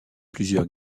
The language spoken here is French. plusieurs